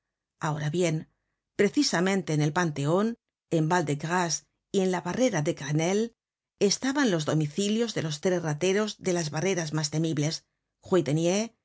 ahora bien precisamente en el panteon en val de grace y en la barrera de grenelle estaban los domicilios de los tres rateros de las barreras mas temibles